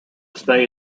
stay